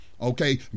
Okay